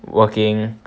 working